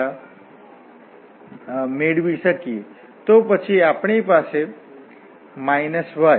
તેથી આ હાફ છે અને પછી F2∂x જે 1 છે અને પછી F1∂y જે 1 હશે પરંતુ ત્યાં માઇનસ હતું તેથી ત્યાં પ્લસ હશે